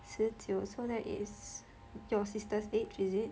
十九 so that is your sister's age is it